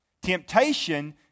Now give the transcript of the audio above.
Temptation